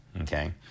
okay